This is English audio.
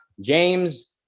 James